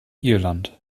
irland